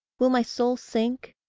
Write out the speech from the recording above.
will my soul sink,